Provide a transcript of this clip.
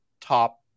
top